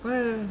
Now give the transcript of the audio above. well